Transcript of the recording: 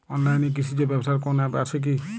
অনলাইনে কৃষিজ ব্যবসার কোন আ্যপ আছে কি?